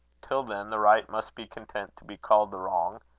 till then, the right must be content to be called the wrong,